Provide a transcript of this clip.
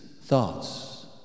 thoughts